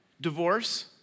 Divorce